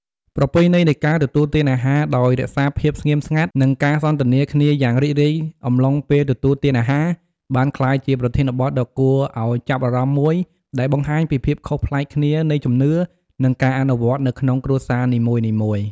ប្រពៃណីនៃការទទួលទានអាហារដោយរក្សាភាពស្ងៀមស្ងាត់ និងការសន្ទនាគ្នាយ៉ាងរីករាយអំឡុងពេលទទួលទានអាហារ បានក្លាយជាប្រធានបទដ៏គួរឱ្យចាប់អារម្មណ៍មួយ ដែលបង្ហាញពីភាពខុសប្លែកគ្នានៃជំនឿ និងការអនុវត្តនៅក្នុងគ្រួសារនីមួយៗ។